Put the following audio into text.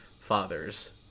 father's